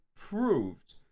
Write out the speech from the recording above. proved